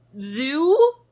zoo